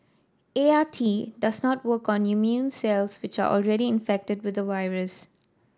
A R T does not work on immune cells which are already infected with the virus